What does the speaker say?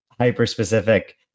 hyper-specific